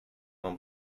вам